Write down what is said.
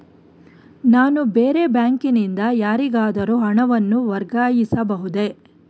ನಾನು ಬೇರೆ ಬ್ಯಾಂಕಿನಿಂದ ಯಾರಿಗಾದರೂ ಹಣವನ್ನು ವರ್ಗಾಯಿಸಬಹುದೇ?